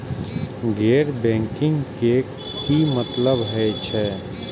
गैर बैंकिंग के की मतलब हे छे?